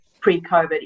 pre-COVID